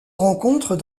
rencontre